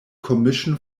commission